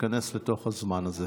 להתכנס לתוך הזמן הזה.